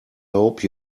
hope